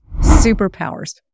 Superpowers